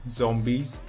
zombies